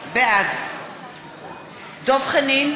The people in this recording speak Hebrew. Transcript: בעד דב חנין,